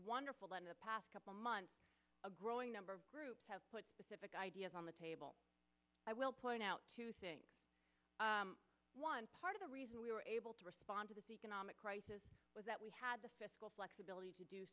wonderful that in the past couple months a growing number of groups have put specific ideas on the table i will point out to think one part of the reason we were able to respond to this economic crisis was that we had the fiscal flexibility to do